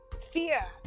Fear